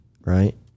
right